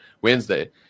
Wednesday